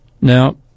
Now